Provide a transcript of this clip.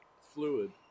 fluid